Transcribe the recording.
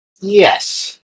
Yes